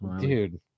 Dude